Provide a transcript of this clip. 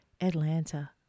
Atlanta